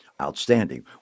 outstanding